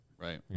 Right